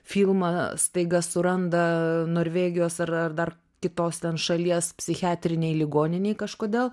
filmą staiga suranda norvegijos ar ar dar kitos ten šalies psichiatrinėj ligoninėj kažkodėl